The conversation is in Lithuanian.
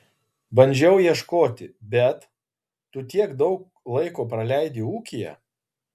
bandžiau ieškoti bet tu tiek daug laiko praleidi ūkyje